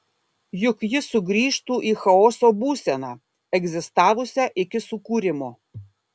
juk ji sugrįžtų į chaoso būseną egzistavusią iki sukūrimo